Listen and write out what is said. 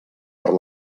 per